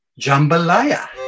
Jambalaya